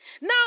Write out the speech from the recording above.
Now